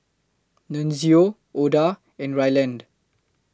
Nunzio Oda and Ryland